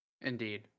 indeed